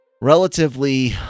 relatively